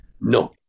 No